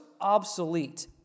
obsolete